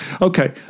Okay